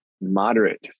moderate